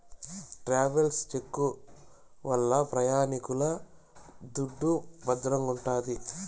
travels cheque వల్ల ప్రయాణికుల దుడ్డు భద్రంగుంటాది